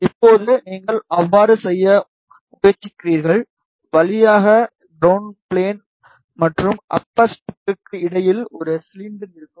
இப்போது நீங்கள் அவ்வாறு செய்ய முயற்சிக்கிறீர்கள் வழியாக கிரவுண்ட் பிளான் மற்றும் அப்பர் ஸ்ட்ரிப்க்கு இடையில் ஒரு சிலிண்டர் இருக்கும்